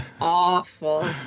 awful